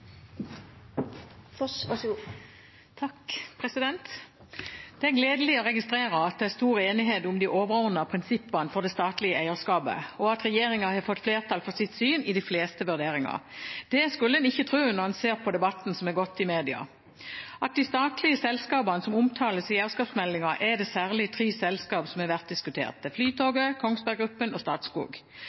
stor enighet om de overordnede prinsippene for det statlige eierskapet, og at regjeringen har fått flertall for sitt syn i de fleste vurderingene. Det skulle en ikke tro når en ser på debatten som går i media. Av de statlige selskapene som omtales i eierskapsmeldingen, er det særlig tre selskaper som har vært diskutert: Flytoget, Kongsberg Gruppen og Statskog.